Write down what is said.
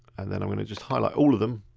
and then i'm gonna just highlight all of them.